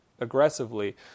aggressively